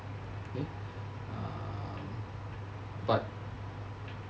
err but